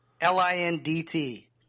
L-I-N-D-T